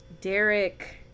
Derek